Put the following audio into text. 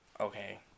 Okay